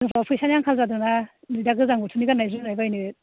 जोंफ्राबो फैसानि आंखाल जादों ना नै दा गोजां बोथोरनि गाननाय जोमनाय बायनो